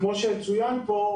כמו שצוין פה,